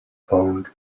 found